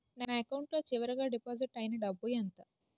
నా అకౌంట్ లో చివరిగా డిపాజిట్ ఐనా డబ్బు ఎంత?